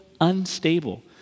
unstable